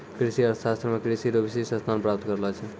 कृषि अर्थशास्त्र मे कृषि रो विशिष्ट स्थान प्राप्त करलो छै